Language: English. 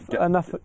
enough